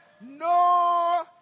no